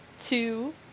two